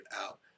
out